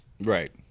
Right